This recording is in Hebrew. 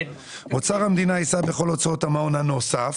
(א3) (1) אוצר המדינה יישא בכל הוצאות המעון הנוסף